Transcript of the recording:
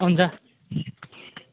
हुन्छ